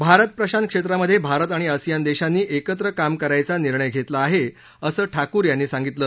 भारत प्रशांत क्षेत्रामध्ये भारत आणि असियान देशांनी एकत्र काम करायचा निर्णय घेतला आहे असं ठाकूर यांनी सांगितलं